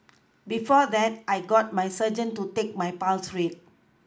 before that I got my surgeon to take my pulse rate